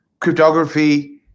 cryptography